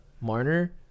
marner